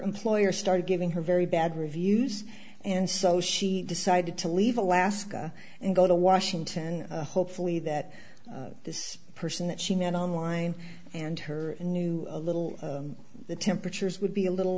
employer started giving her very bad reviews and so she decided to leave alaska and go to washington hopefully that this person that she met online and her knew a little the temperatures would be a little